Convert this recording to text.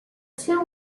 two